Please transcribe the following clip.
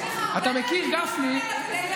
יש לך הרבה מה ללמוד ממנו.